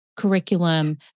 curriculum